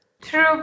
True